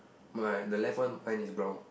my the left one mine is brown